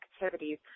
activities